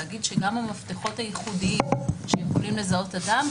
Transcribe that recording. להגיד שגם המפתחות הייחודיים שיכולים לזהות אדם,